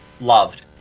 loved